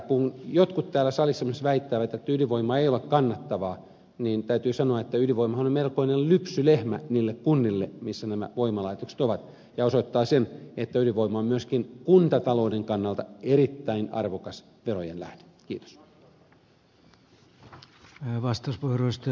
kun jotkut täällä salissa väittävät että ydinvoima ei ole kannattavaa niin täytyy sanoa että ydinvoimahan on melkoinen lypsylehmä niille kunnille joissa nämä voimalaitokset ovat ja osoittaa sen että ydinvoima on myöskin kuntatalouden kannalta erittäin arvokas verojen lähde